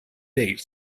date